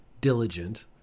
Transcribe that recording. Diligent